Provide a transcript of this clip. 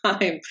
time